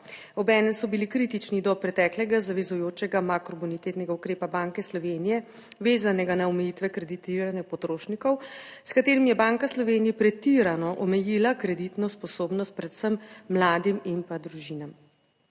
obenem so bili kritični do preteklega zavezujočega makrobonitetnega ukrepa Banke Slovenije, vezanega na omejitve kreditiranja potrošnikov, s katerimi je Banka Slovenije pretirano omejila kreditno sposobnost predvsem mladim in pa družinam.